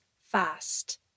fast